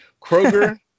Kroger